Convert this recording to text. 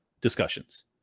discussions